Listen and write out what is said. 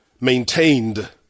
maintained